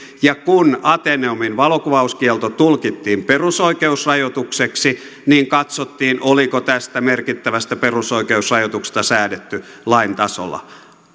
ja kun ateneumin valokuvauskielto tulkittiin perusoikeusrajoitukseksi niin katsottiin oliko tästä merkittävästä perusoikeusrajoituksesta säädetty lain tasolla